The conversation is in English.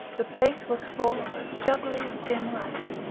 the place was full of a jugglery of dim lights.